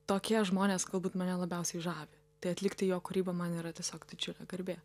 tokie žmonės galbūt mane labiausiai žavi tai atlikti jo kūrybą man yra tiesiog didžiulė garbė